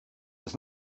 das